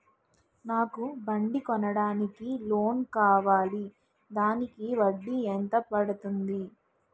నాకు బండి కొనడానికి లోన్ కావాలిదానికి వడ్డీ ఎంత పడుతుంది?